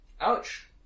Ouch